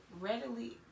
readily